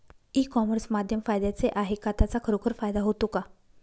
E commerce माध्यम फायद्याचे आहे का? त्याचा खरोखर फायदा होतो का?